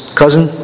cousin